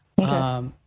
Okay